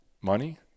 money